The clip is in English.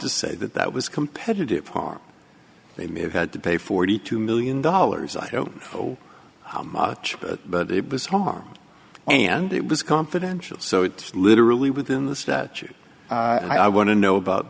to say that that was competitive harm they may have had to pay forty two million dollars i don't know how much but it was home and it was confidential so it literally within the statute i want to know about